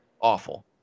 Awful